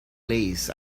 lace